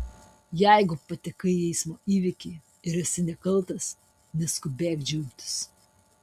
jeigu patekai į eismo įvykį ir esi nekaltas neskubėk džiaugtis